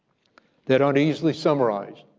they don't easily summarize,